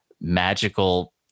magical